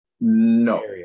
No